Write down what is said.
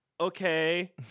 okay